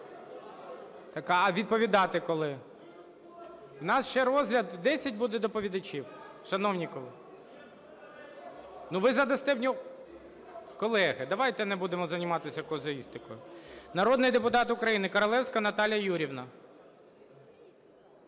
Народний депутат України Королевська Наталія Юріївна.